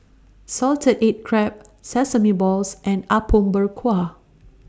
Salted Egg Crab Sesame Balls and Apom Berkuah